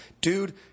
Dude